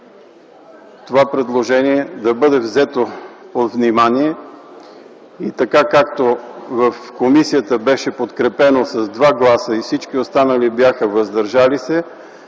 това предложение да бъде взето под внимание. И така, както в комисията беше подкрепено с 2 гласа и всички останали бяха „въздържали се”,